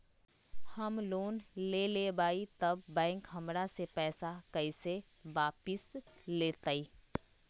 हम लोन लेलेबाई तब बैंक हमरा से पैसा कइसे वापिस लेतई?